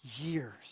years